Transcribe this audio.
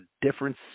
difference